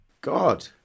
God